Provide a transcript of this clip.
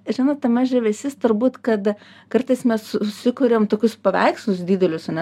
žinot tame žavesys turbūt kad kartais mes susikuriam tokius paveikslus didelius ane